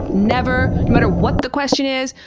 never. no matter what the question is,